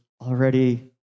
already